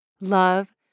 Love